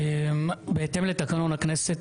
בבקשה.